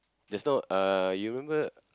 just now uh you remember